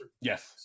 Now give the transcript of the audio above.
yes